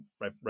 right